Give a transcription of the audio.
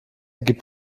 gibt